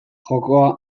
jokoa